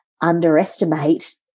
underestimate